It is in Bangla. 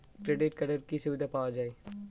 ক্রেডিট কার্ডের কি কি সুবিধা পাওয়া যায়?